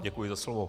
Děkuji za slovo.